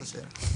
זאת השאלה.